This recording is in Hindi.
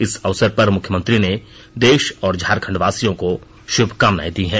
इस अवसर पर मुख्यमंत्री ने देश और झारखण्डवासियों को शुभकामनाएं दी हैं